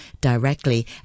directly